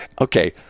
Okay